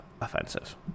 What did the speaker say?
offensive